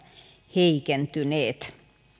heikentyneet